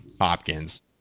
Hopkins